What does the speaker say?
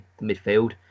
midfield